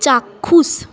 চাক্ষুষ